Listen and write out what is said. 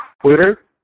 Twitter